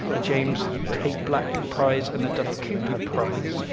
the james tait black prize, and a duff cooper prize.